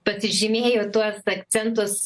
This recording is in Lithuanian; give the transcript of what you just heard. pasižymėjau tuos akcentus